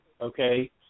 okay